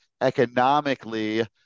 economically